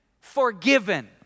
forgiven